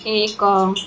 ଏକ